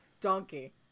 Donkey